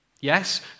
Yes